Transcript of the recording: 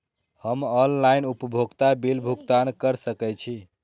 हम ऑनलाइन उपभोगता बिल भुगतान कर सकैछी?